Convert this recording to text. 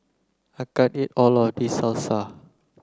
I can't eat all of this Salsa